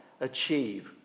achieve